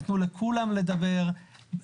נתנו לכולם לדבר.